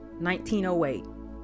1908